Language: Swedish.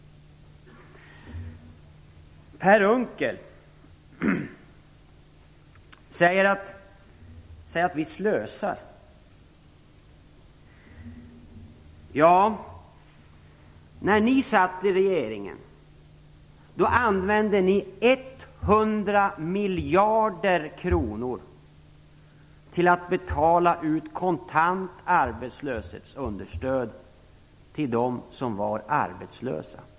Per Unckel säger att vi slösar. När ni satt i regeringen använde ni 100 miljarder kronor till att betala ut kontant arbetslöshetsunderstöd till dem som var arbetslösa.